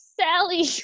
Sally